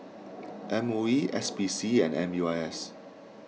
M O E S P C and M U I S